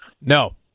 No